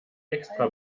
extra